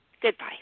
Goodbye